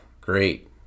great